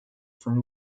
from